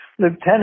Lieutenant